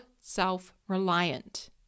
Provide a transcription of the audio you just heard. self-reliant